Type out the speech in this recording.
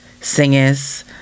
singers